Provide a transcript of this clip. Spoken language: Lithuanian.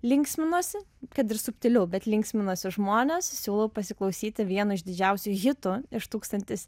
linksminosi kad ir subtiliau bet linksminosi žmonės siūlau pasiklausyti vieno iš didžiausių hitų iš tūkstantis